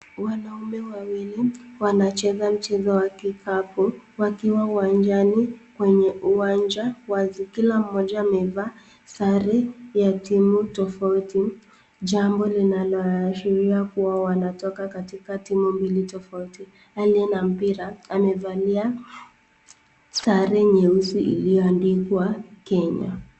Wanaume wawili wanacheza mchezo wa kikapu wakiwa uwanjani kwenye uwanja wazi. Kila mmoja amevaa sare ya timu tofauti, jambo linaoashiria kuwa wanatoka katika timu mbili tofauti. Aliye na mpira amevalia sare nyeusi iliyoandikwa Kenya.